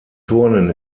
turnen